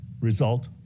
result